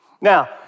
Now